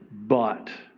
but,